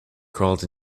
crawled